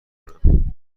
کنم